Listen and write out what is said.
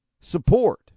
support